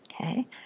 okay